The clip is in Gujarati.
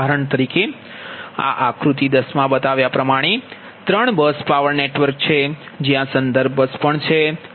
ઉદાહરણ તરીકે આ આક્રુતિ 10 મા બતાવ્યા પ્ર્માણે 3 બસ પાવર નેટવર્ક છે જ્યાં સંદર્ભ બસ પણ છે